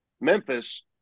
Memphis